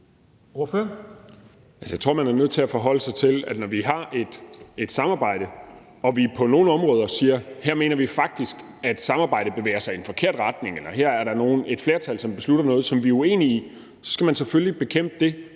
Jeg tror, man er nødt til at forholde sig til, at når vi har et samarbejde og vi på nogle områder siger, at her mener vi faktisk, at samarbejdet bevæger sig i en forkert retning, eller her er der et flertal, som beslutter noget, som vi er uenige i, så skal man selvfølgelig bekæmpe det